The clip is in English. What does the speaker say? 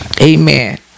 Amen